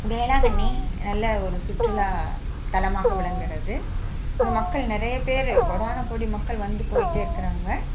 வேளாங்கண்ணி நல்ல ஒரு சுற்றுலா தலமாக விளங்குகிறது இங்கே மக்கள் நிறைய பேர் கோடான கோடி மக்கள் வந்து போயிகிட்டே இருக்கிறாங்க